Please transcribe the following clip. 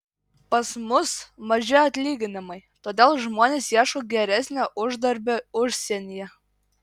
pas mus maži atlyginimai todėl žmonės ieško geresnio uždarbio užsienyje